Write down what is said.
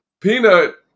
Peanut